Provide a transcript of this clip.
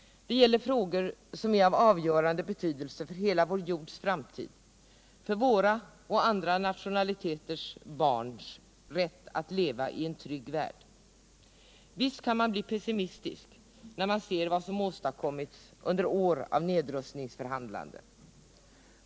Det gäller frågor som är av avgörande betydelse för hela vår jords framtid. Det gäller rätten för våra och andra nationaliteters barn att leva i en trygg värld. Visst kan man bli pessimistisk när man ser vad som åstadkommits under år av nedrustningsförhandlande.